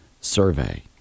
Survey